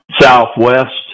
southwest